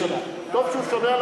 טוב שהוא שומר על